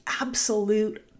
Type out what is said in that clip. absolute